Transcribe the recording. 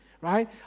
right